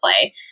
play